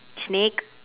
snake